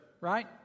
right